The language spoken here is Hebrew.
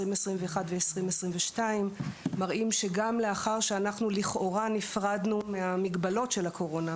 2021 ו-2022 מראים שגם לאחר שלכאורה נפרדנו מהמגבלות של הקורונה,